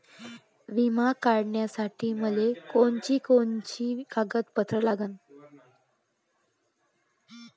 बिमा काढासाठी मले कोनची कोनची कागदपत्र लागन?